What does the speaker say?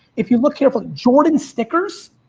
if you look here for jordan stickers,